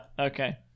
Okay